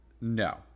No